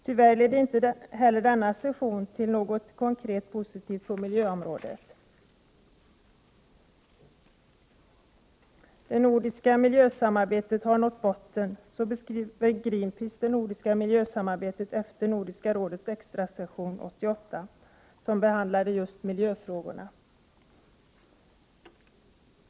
Tyvärr ledde inte heller denna session till något konkret positivt på miljöområdet. ”Det nordiska miljösamarbetet har nått botten.” Så beskriver Greenpeace det nordiska miljösamarbetet efter Nordiska rådets extrasession 1988, som behandlade just miljöfrågorna.